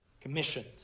commissioned